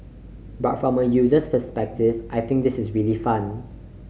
but from a user's perspective I think this is really fun